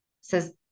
says